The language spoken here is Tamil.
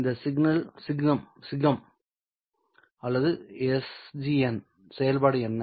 இந்த சிக்னம் அல்லது sgn செயல்பாடு என்ன